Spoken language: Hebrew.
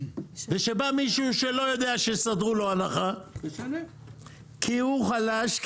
וכשבא מישהו שלא יודע שיסדרו לו הנחה כי הוא חלש,